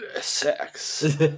sex